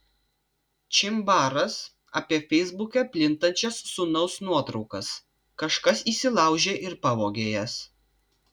čimbaras apie feisbuke plintančias sūnaus nuotraukas kažkas įsilaužė ir pavogė jas